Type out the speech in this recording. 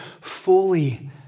fully